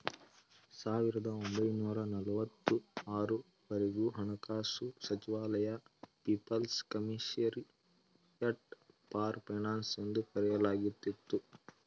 ಸಾವಿರದ ಒಂಬೈನೂರ ನಲವತ್ತು ಆರು ವರೆಗೆ ಹಣಕಾಸು ಸಚಿವಾಲಯ ಪೀಪಲ್ಸ್ ಕಮಿಷರಿಯಟ್ ಫಾರ್ ಫೈನಾನ್ಸ್ ಎಂದು ಕರೆಯಲಾಗುತ್ತಿತ್ತು